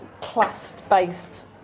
class-based